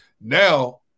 Now